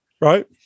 right